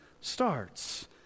starts